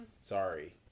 Sorry